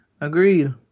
Agreed